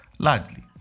largely